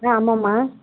ஆ ஆமாம்மா